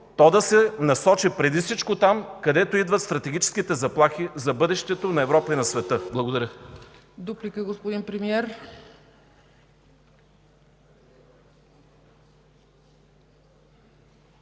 то да се насочи преди всичко там, откъдето идват стратегическите заплахи за бъдещето на Европа и на света. Благодаря. ПРЕДСЕДАТЕЛ ЦЕЦКА